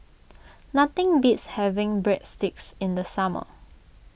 nothing beats having Breadsticks in the summer